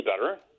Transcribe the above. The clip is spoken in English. better